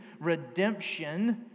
redemption